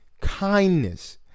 kindness